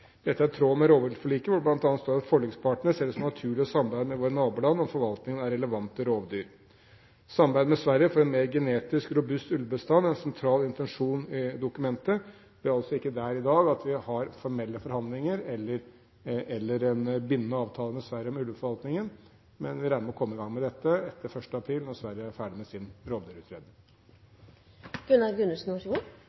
Dette er i tråd med rovviltforliket, hvor det bl.a. står at forlikspartene ser det som naturlig å samarbeide med våre naboland om forvaltning av relevante rovdyr. Samarbeid med Sverige for en mer genetisk robust ulvebestand er en sentral intensjon i dokumentet. Vi er ikke der i dag at vi har formelle forhandlinger eller en bindende avtale med Sverige om ulveforvaltningen, men vi regner med å komme i gang med dette etter 1. april når Sverige er ferdig med sin